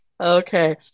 Okay